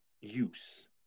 use